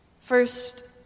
First